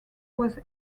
was